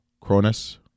Cronus